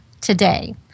today